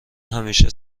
همیشه